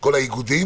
האיגודים.